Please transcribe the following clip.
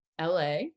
LA